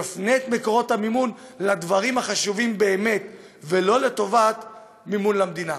יפנה את מקורות המימון לדברים החשובים באמת ולא לטובת מימון למדינה.